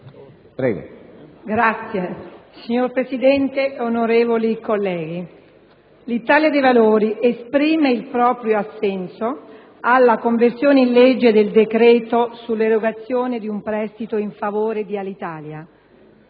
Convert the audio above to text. *(IdV)*. Signor Presidente, onorevoli colleghi, l'Italia dei Valori esprime il proprio assenso alla conversione in legge del decreto sull'erogazione di un prestito in favore di Alitalia.